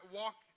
walk